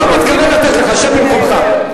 לא מתכוון לתת לך, שב במקומך.